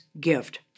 gift